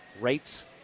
rates